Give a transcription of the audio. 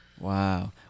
wow